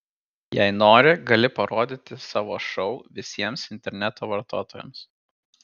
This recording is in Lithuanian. jei nori gali parodyti savo šou visiems interneto vartotojams